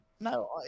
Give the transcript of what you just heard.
No